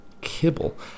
Kibble